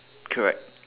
correct